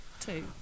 two